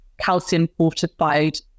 calcium-fortified